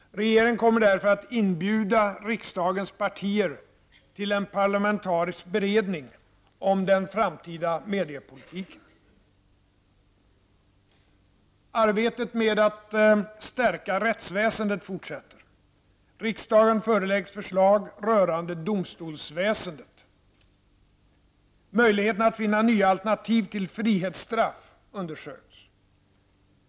Regeringen kommer därför att inbjuda riksdagens partier till en parlamentarisk beredning om den framtida mediepolitiken. Arbetet med att stärka rättsväsendet fortsätter. Möjligheterna att finna nya alternativ till frihetsstraff undersöks.